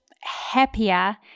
happier